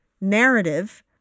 narrative